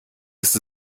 ist